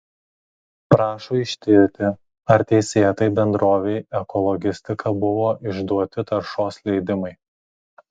prašo ištirti ar teisėtai bendrovei ekologistika buvo išduoti taršos leidimai